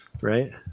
Right